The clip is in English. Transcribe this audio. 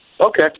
Okay